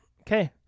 Okay